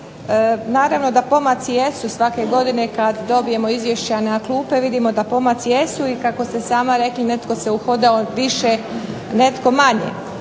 Naravno da pomaci jesu svake godine kad dobijemo izvješća na klupe vidimo da pomaci jesu i kako ste sama rekli, netko se uhodao više, netko manje.